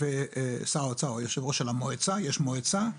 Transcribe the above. שר האוצר הוא היושב-ראש של המועצה, יש מועצה,